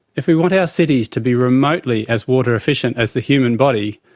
if we want our cities to be remotely as water efficient as the human body,